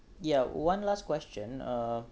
yeah one last question uh